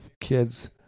kids